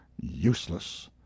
useless